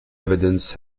evidence